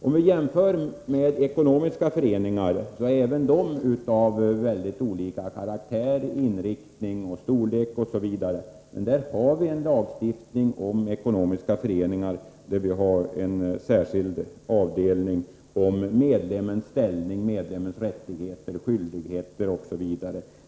Om vi jämför med ekonomiska föreningar har även dessa mycket olika karaktär, inriktning, storlek osv. Men för ekonomiska föreningar har vi en lagstiftning där det finns en särskild avdelning om en medlems ställning, en medlems rättigheter och skyldigheter osv.